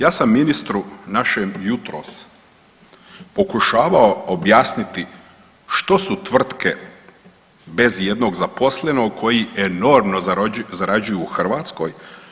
Ja sam ministru našem jutros pokušavao objasniti što su tvrtke bez ijednog zaposlenog koji enormno zarađuju u Hrvatskoj.